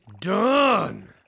done